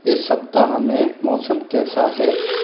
इस सप्ताह में मौसम कैसा है